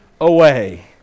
away